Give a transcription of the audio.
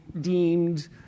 deemed